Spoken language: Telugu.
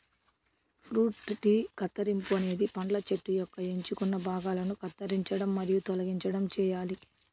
ఫ్రూట్ ట్రీ కత్తిరింపు అనేది పండ్ల చెట్టు యొక్క ఎంచుకున్న భాగాలను కత్తిరించడం మరియు తొలగించడం చేయాలి